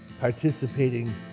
participating